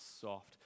soft